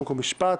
חוק ומשפט,